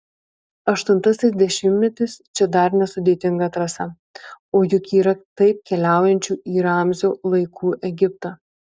aštuntasis dešimtmetis čia dar nesudėtinga trasa o juk yra taip keliaujančių į ramzio laikų egiptą